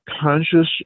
conscious